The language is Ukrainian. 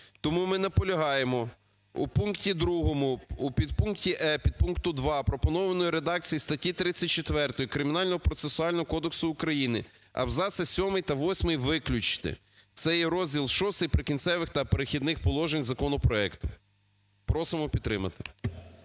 Тому ми наполягаємо у пункті 2: у підпункті "е" підпункту 2 пропонованої редакції статті 34 Кримінального процесуального кодексу України абзаци сьомий та восьмий виключити. Це є розділ VI "Прикінцевих та перехідних положень" законопроекту. Просимо підтримати.